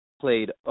played